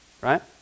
right